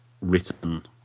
written